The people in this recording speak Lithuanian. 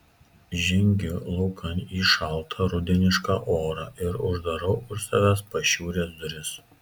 žengiu laukan į šaltą rudenišką orą ir uždarau už savęs pašiūrės duris